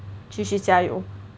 继续加油